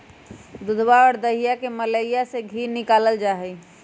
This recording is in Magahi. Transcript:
दूधवा और दहीया के मलईया से धी निकाल्ल जाहई